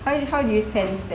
how you how do you sense that